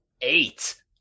eight